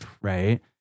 right